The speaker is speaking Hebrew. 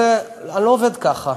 אני לא עובד ככה.